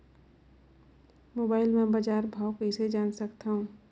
Mobile म बजार भाव कइसे जान सकथव?